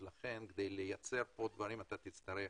אז לכן כדי לייצר עוד דברים תצטרך